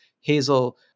Hazel